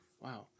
Wow